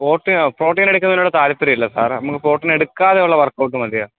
പ്രോട്ടീനോ protein എടുക്കുന്നതിനോട് താല്പര്യമില്ല sir നമുക്ക് പ്രോട്ടീനെടുക്കതെ ഉള്ള വർക്കൗട്ട് മതിയോ